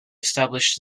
established